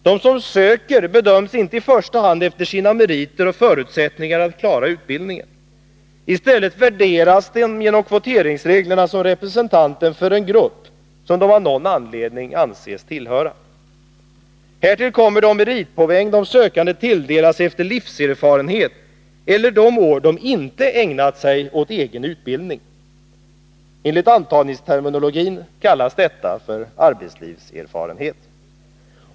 De sökande bedöms i första hand inte efter sina meriter och förutsättningar att klara utbildningen. I stället värderas de genom kvoteringsreglerna som representanter för en grupp, som de av någon anledning anses tillhöra. Härtill kommer de meritpoäng som de sökande tilldelas efter livserfarenhet eller de år som de inte ägnat sig åt egen utbildning. Enligt antagningsterminologin kallas detta arbetslivserfarenhet.